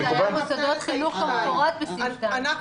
נכון.